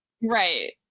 Right